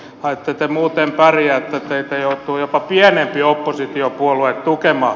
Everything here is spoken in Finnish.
ette te muuten pärjää teitä joutuu jopa pienempi oppositiopuolue tukemaan